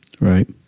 Right